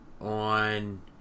on